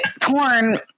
porn